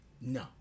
No